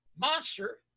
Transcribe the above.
monster